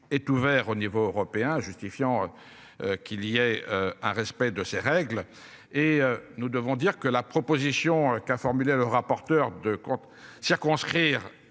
est ouvert au niveau européen justifiant. Qu'il y ait un respect de ces règles et nous devons dire que la proposition qu'a formulé le rapporteur de comptes circonscrire.